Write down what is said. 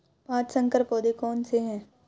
पाँच संकर पौधे कौन से हैं?